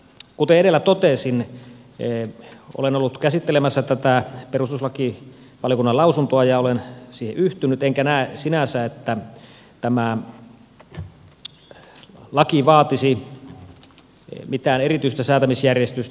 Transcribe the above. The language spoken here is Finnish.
kuten edellä totesin olen ollut käsittelemässä tätä perustuslakivaliokunnan lausuntoa ja olen siihen yhtynyt enkä näe sinänsä että tämä laki vaatisi mitään erityistä säätämisjärjestystä